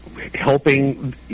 helping